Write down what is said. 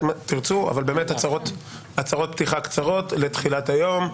הצהרות פתיחה קצרות לתחילת היום.